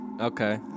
Okay